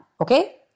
okay